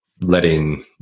letting